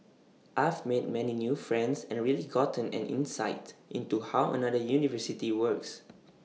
I've made many new friends and really gotten an insight into how another university works